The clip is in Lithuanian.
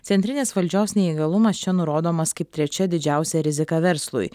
centrinės valdžios neįgalumas čia nurodomas kaip trečia didžiausia rizika verslui